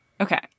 Okay